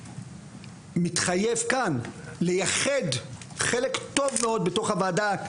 מתחייב כאן לייחד חלק טוב מאוד בתוך הוועדה,